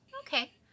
Okay